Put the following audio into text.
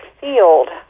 field